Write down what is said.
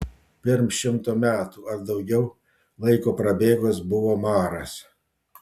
pirm šimto metų ar daugiau laiko prabėgus buvo maras